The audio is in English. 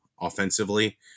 offensively